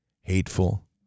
hateful